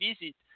visit